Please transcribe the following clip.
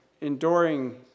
enduring